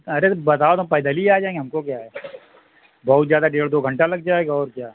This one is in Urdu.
ارے بتاوٴ تو ہم پیدل ہی آ جائیں گے ہم کو کیا ہے بہت زیادہ ڈیڑھ دو گھنٹہ لگ جائے گا اور کیا